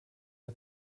der